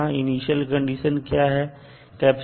यहां initial condition क्या है